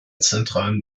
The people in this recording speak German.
zentralen